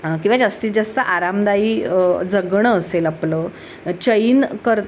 किंवा जास्तीत जास्त आरामदायी जगणं असेल आपलं चैन कर